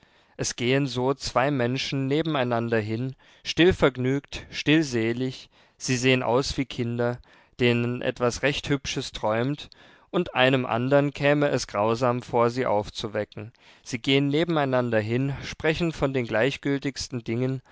es gehen so zwei menschen neben einander hin still vergnügt still selig sie sehen aus wie kinder denen etwas recht hübsches träumt und einem andern käme es grausam vor sie aufzuwecken sie gehen neben einander hin sprechen von den gleichgültigsten dingen